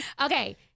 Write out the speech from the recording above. Okay